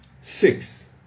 six